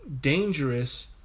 dangerous